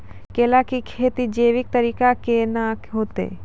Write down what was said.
केला की खेती जैविक तरीका के ना होते?